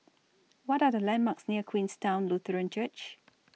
What Are The landmarks near Queenstown Lutheran Church